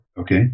Okay